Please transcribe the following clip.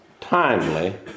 timely